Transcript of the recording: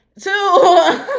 Two